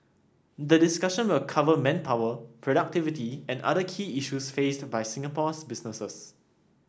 the discussion will cover manpower productivity and other key issues faced by Singapore's businesses